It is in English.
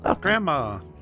Grandma